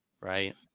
right